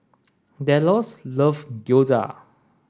Delos love Gyoza